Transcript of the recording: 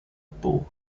ball